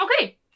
okay